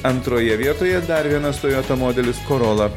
antroje vietoje dar vienas toyota modelis corolla